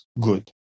good